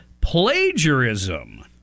plagiarism